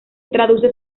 traduce